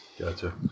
Gotcha